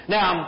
Now